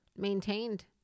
maintained